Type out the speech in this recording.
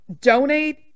Donate